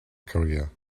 career